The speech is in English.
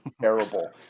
terrible